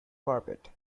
carpet